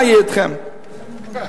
מיטה אחת לא.